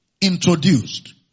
introduced